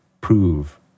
prove